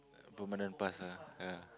uh permanent pass ah ya